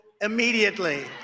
immediately